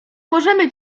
możemy